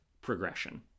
progression